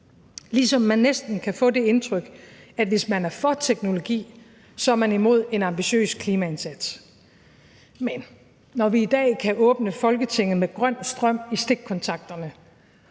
ligesom man næsten kan få det indtryk, at hvis man er for teknologi, så er man imod en ambitiøs klimaindsats. Kl. 12:45 Men når vi i dag kan åbne Folketinget med grøn strøm i stikkontakterne